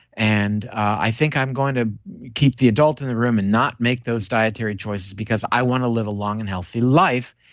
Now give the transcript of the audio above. and i think i'm going to keep the adult in the room, and not make those dietary choices, because i want to live a long and healthy life,